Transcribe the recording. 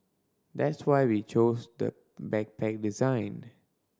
that's why we chose the backpack design